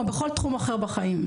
כמו בכל תחום אחר בחיים.